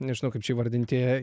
nežinau kaip čia įvardinti